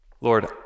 Lord